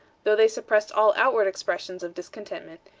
though they suppressed all outward expressions of discontent,